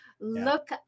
look